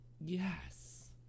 yes